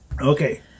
Okay